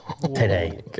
today